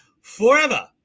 forever